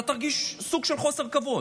אתה תרגיש סוג של חוסר כבוד.